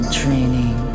training